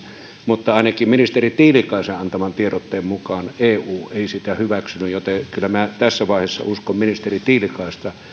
mutta ainakin ministeri tiilikaisen antaman tiedotteen mukaan eu ei sitä hyväksynyt joten kyllä minä tässä vaiheessa uskon ministeri tiilikaista